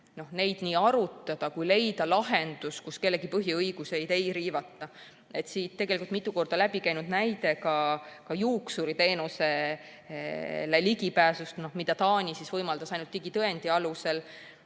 neid nii arutada kui ka leida lahendus, millega kellegi põhiõigusi ei riivataks. Siit tegelikult mitu korda läbi käinud näide on juuksuriteenuse kättesaadavus, mida Taani võimaldab ainult digitõendi alusel.